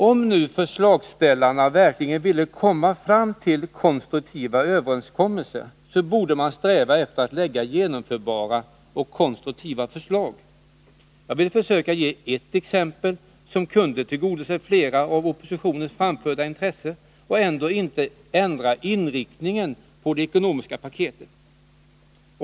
Om nu förslagsställarna verkligen vill komma fram till en konstruktiv överenskommelse, så borde man sträva efter att lägga fram genomförbara och konstruktiva förslag. Jag vill försöka ge ett exempel som kunde tillgodose flera av oppositionens framförda intressen och ändå inte ändra inriktningen på det ekonomiska paketet.